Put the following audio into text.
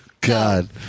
God